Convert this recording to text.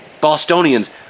Bostonians